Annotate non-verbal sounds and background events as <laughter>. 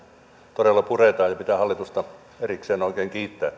todella puretaan ja pitää hallitusta oikein erikseen kiittää <unintelligible>